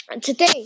Today